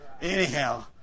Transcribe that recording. Anyhow